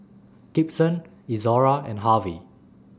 Gibson Izora and Harvy